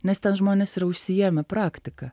nes ten žmonės yra užsiėmę praktika